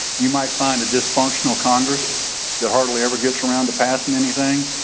you might find a dysfunctional congress that hardly ever gets around to passing anything,